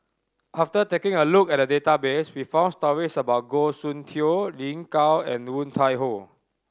after taking a look at the database we found stories about Goh Soon Tioe Lin Gao and Woon Tai Ho